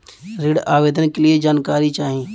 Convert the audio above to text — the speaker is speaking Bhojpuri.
ऋण आवेदन के लिए जानकारी चाही?